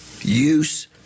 use